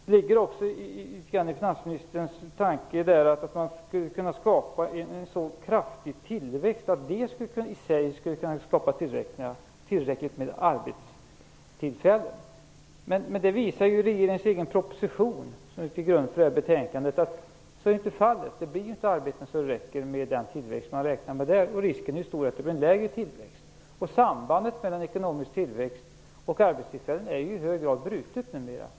Det verkar också litet grand ligga i finansministerns tanke att man skulle kunna skapa en så kraftig tillväxt att det i sig skulle kunna skapa tillräckligt med arbetstillfällen. Men regeringens egen proposition, som ligger till grund för det här betänkandet, visar ju att så inte är fallet. Det blir inte tillräckligt många arbeten med den tillväxt man räknar med där, och risken är stor att det blir en lägre tillväxt. Sambandet mellan ekonomisk tillväxt och arbetstillfällen är i hög grad brutet numera.